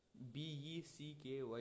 BECKY